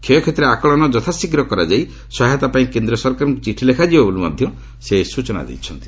କ୍ଷୟକ୍ଷତିର ଆକଳନ ଯଥାଶୀଘ୍ର କରାଯାଇ ସହାୟତା ପାଇଁ କେନ୍ଦ୍ର ସରକାରଙ୍କୁ ଚିଠି ଲେଖାଯିବ ବୋଲି ସେ ସୂଚନା ଦେଇଛନ୍ତି